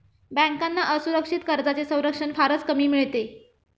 बँकांना असुरक्षित कर्जांचे संरक्षण फारच कमी मिळते